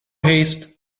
haste